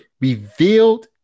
revealed